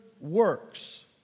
works